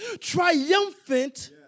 triumphant